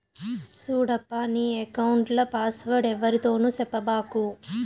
సూడప్పా, నీ ఎక్కౌంట్ల పాస్వర్డ్ ఎవ్వరితోనూ సెప్పబాకు